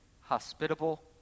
hospitable